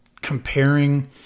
comparing